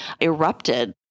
erupted